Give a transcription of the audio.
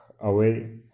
away